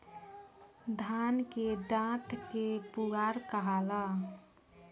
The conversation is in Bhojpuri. धान के डाठ के पुआरा कहाला